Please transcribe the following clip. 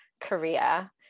Korea